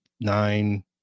nine